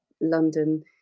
London